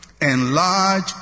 Enlarge